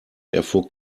erfuhr